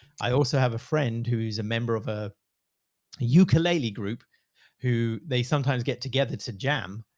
i also have a friend who is a member of a ukulele group who they sometimes get together to jam,